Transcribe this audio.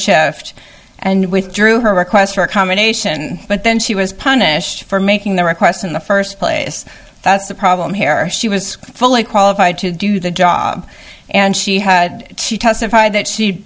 shift and withdrew her request for a combination but then she was punished for making the request in the first place that's the problem here she was fully qualified to do the job and she had she testified that she